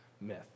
myth